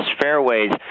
fairways